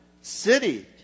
city